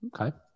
Okay